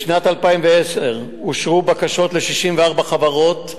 בשנת 2010 אושרו בקשות ל-64 חברות,